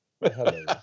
Hello